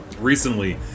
recently